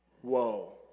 Whoa